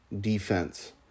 Defense